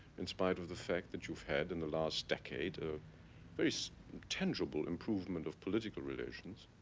in spite of the fact that you've had in the last decade a very so tangible improvement of political relations.